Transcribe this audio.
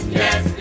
yes